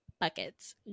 buckets